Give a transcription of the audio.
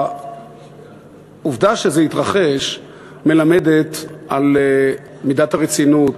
העובדה שזה התרחש מלמדת על מידת הרצינות